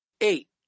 Eight